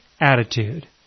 attitude